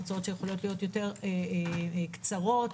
יותר קצרות,